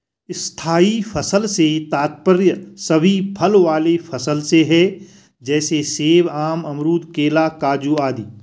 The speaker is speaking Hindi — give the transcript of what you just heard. स्थायी फसल से तात्पर्य सभी फल वाले फसल से है जैसे सेब, आम, अमरूद, केला, काजू आदि